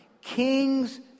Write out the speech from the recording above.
King's